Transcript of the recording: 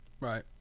right